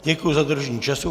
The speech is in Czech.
Děkuji za dodržení času.